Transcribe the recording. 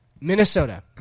Minnesota